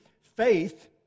faith